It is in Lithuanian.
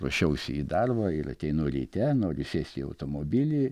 ruošiausi į darbą ir ateinu ryte noriu sėst jau į automobilį